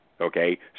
Okay